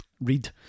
read